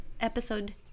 episode